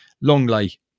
Longley